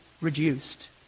reduced